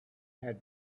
had